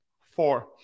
four